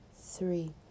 three